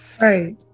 Right